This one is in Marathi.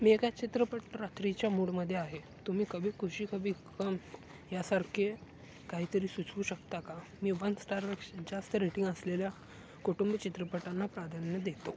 मी एका चित्रपट रात्रीच्या मूडमध्ये आहे तुम्ही कभी खुशी कभी गम यासारखे काहीतरी सुचवू शकता का मी वन स्टार जास्त रेटिंग असलेल्या कुटुंब चित्रपटांना प्राधान्य देतो